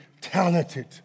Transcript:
talented